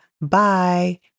bye